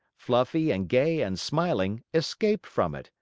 fluffy and gay and smiling, escaped from it.